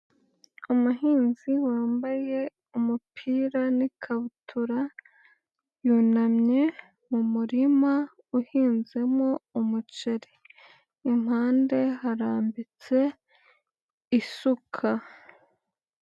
Umuhinzi wambaye umupira n'ikabutura yunamye mu murima uhinzemo umuceri impande harambitse isuka.